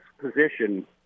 position